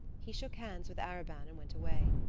he shook hands with arobin and went away.